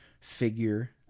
figure